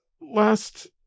last